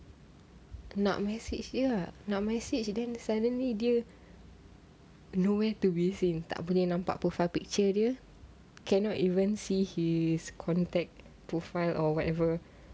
nak message dia nak message dia then suddenly dia nowhere to be seen tak boleh nampak profile picture dia cannot even see his contact profile or whatever